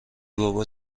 بابا